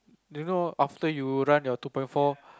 you know after you run your two point four